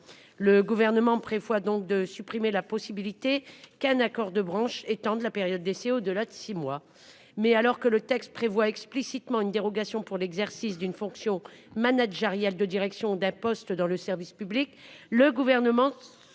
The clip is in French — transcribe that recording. le gouvernement prévoit donc de supprimer la possibilité qu'un accord de branche étant de la période des CO2 la de six mois. Mais alors que le texte prévoit explicitement une dérogation pour l'exercice d'une fonction managériale de direction d'un poste dans le service public, le gouvernement